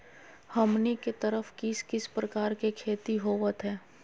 हमनी के तरफ किस किस प्रकार के खेती होवत है?